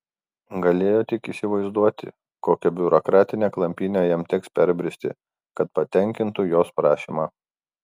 galėjo tik įsivaizduoti kokią biurokratinę klampynę jam teks perbristi kad patenkintų jos prašymą